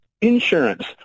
insurance